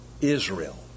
Israel